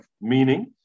Meaning